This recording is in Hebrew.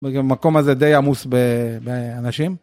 וגם המקום הזה די עמוס באנשים.